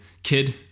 Kid